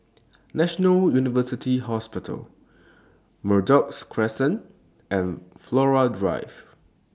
National University Hospital Merbok Crescent and Flora Drive